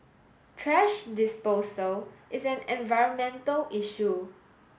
thrash disposal is an environmental issue